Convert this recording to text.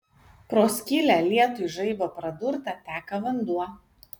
pro skylę lietuj žaibo pradurtą teka vanduo